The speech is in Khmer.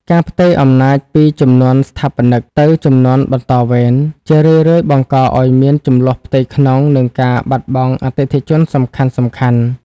ការផ្ទេរអំណាចពីជំនាន់ស្ថាបនិក ទៅជំនាន់បន្តវេន ជារឿយៗបង្កឱ្យមានជម្លោះផ្ទៃក្នុង និងការបាត់បង់អតិថិជនសំខាន់ៗ។